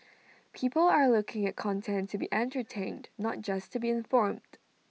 people are looking at content to be entertained not just to be informed